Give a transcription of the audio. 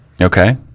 Okay